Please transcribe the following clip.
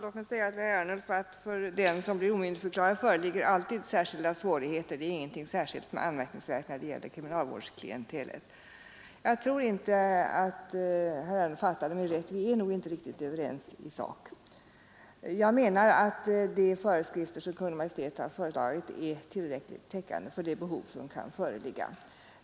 Herr talman! För den som blir omyndigförklarad föreligger alltid ”särskilda svårigheter” — det är ingenting speciellt för kriminalvårdsklientelet. Jag tror inte herr Ernulf förstod mig rätt; vi är nog inte riktigt överens i sak. Jag menar att de föreskrifter Kungl. Maj:t föreslagit är tillräckliga för de behov som kan föreligga.